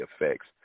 effects